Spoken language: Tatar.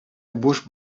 буш